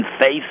face